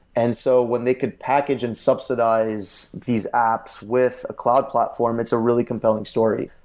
and so when they could package and subsidize these apps with cloud platform, it's a really compelling story.